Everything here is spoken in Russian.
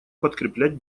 подкреплять